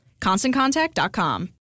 ConstantContact.com